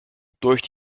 durch